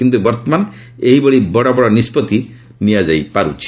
କିନ୍ତୁ ବର୍ତ୍ତମାନ ଏହିଭଳି ବଡ଼ବଡ଼ ନିଷ୍ପଭି ନିଆଯାଇ ପାରୁଛି